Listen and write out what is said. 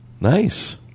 Nice